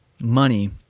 money